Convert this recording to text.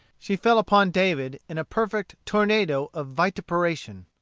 she fell upon david in a perfect tornado of vituperation,